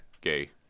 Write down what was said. gay